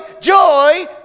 joy